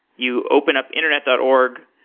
you open up internet dot org,